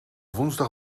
woensdag